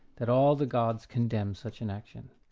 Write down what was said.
that all the gods condemn such an action.